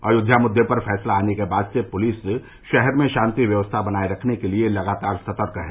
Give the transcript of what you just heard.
अयोध्या मुद्दे पर फैसला आने के बाद से पुलिस शहर में शांति बनाए रखने के लिए लगातार सतर्क है